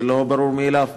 זה לא ברור מאליו.